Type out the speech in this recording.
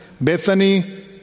Bethany